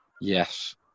yes